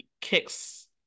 kicks